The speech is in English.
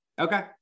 Okay